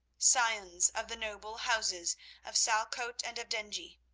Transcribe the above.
scions of the noble houses of salcote and of dengie.